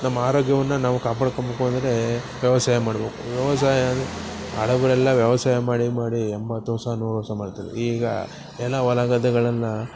ನಮ್ಮ ಆರೋಗ್ಯವನ್ನು ನಾವು ಕಾಪಾಡ್ಕೋಬೇಕು ಅಂದರೆ ವ್ಯವಸಾಯ ಮಾಡ್ಬೇಕು ವ್ಯವಸಾಯ ಆಳುಗಳೆಲ್ಲ ವ್ಯವಸಾಯ ಮಾಡಿ ಮಾಡಿ ಎಂಬತ್ತು ವರ್ಷ ವಾಸ ಮಾಡ್ತಾರೆ ಈಗ ಏನೋ ಹೊಲ ಗದ್ದೆಗಳನ್ನು